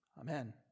Amen